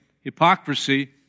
hypocrisy